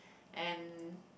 and